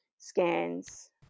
scans